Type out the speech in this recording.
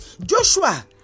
Joshua